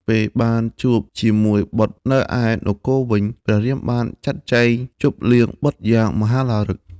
ពេលបានជួបជាមួយបុត្រនៅឯនគរវិញ ព្រះរាមបានចាត់ចែងជប់លៀងបុត្រយ៉ាងមហោឡារិក។